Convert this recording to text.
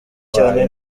cyane